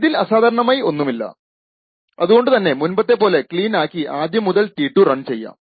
ഇതിൽ അസാധാരണമായി ഒന്നുമില്ല അതുകൊണ്ടു തന്നെ മുൻപത്തെ പോലെ ക്ലീൻ ആക്കി ആദ്യം മുതൽ t2 റൺ ചെയ്യാം